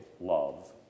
love